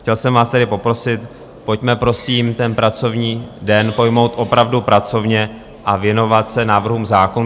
Chtěl jsem vás tedy poprosit, pojďme prosím ten pracovní den pojmout opravdu pracovně a věnovat se návrhům zákonů.